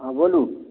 हँ बोलु